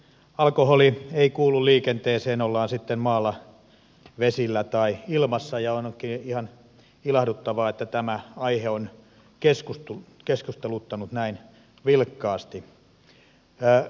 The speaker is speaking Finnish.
alkoholi ei kuulu liikenteeseen ollaan sitten maalla vesillä tai ilmassa ja on ihan ilahduttavaa että tämä aihe on keskusteluttanut näin vilkkaasti